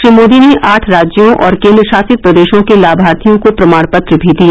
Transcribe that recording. श्री मोदी ने आठ राज्यों और केंद्रशासित प्रदेशों के लाभार्थियों को प्रमाणपत्र भी दिए